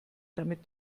damit